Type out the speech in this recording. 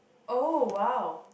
oh !wow!